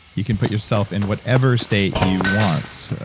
you can put yourself in whatever state you want,